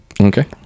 Okay